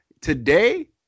today